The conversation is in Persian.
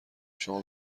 شما